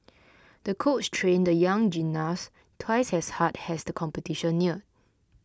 the coach trained the young gymnast twice as hard as the competition neared